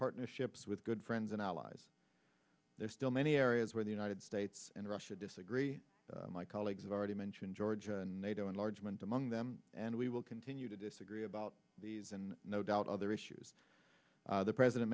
partnerships with good friends and allies there are still many areas where the united states and russia disagree my colleagues have already mentioned georgia and nato enlargement among them and we will continue to disagree about these and no doubt other issues the president